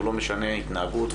הוא לא משנה התנהגות,